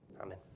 Amen